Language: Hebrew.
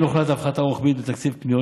על כן הוחלט על הפחתה רוחבית בתקציב הקניות